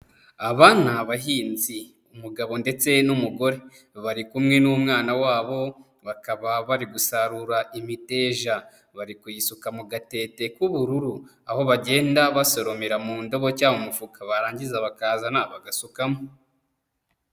Aba ni abahinzi, umugabo ndetse n'umugore. Bari kumwe n'umwana wabo, bakaba bari gusarura imiteja. Bari kuyisuka mu gatete k'ubururu, aho bagenda basoromera mu ndobo cyangwa mu mufuka barangiza bakazana bagasukamo.